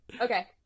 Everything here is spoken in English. Okay